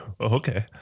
Okay